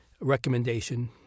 recommendation